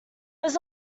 was